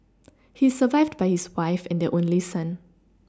he is survived by his wife and their only son